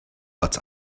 but